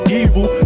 evil